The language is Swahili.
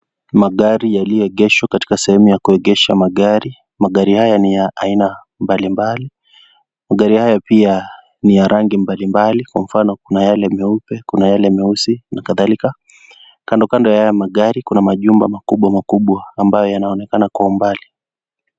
Magari yaliyoegeshwa katika sehemu ya kuegesha magari, magari haya ni ya aina mbalimbali, magari haya pia ni ya rangi mbalimbali kwa mfano kuna yale meupe, kuna yale meusi na kadhalika, kandokando ya haya magari kuna majumba makubwamakubwa ambayo yanaonekana kwa umbali.